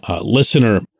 listener